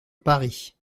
paris